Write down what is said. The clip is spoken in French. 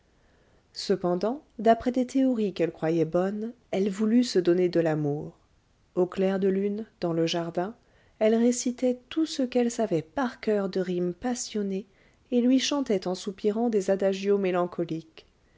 cependant d'après des théories qu'elle croyait bonnes elle voulut se donner de l'amour au clair de lune dans le jardin elle récitait tout ce qu'elle savait par coeur de rimes passionnées et lui chantait en soupirant des adagios mélancoliques